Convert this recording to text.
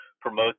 promote